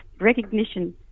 recognition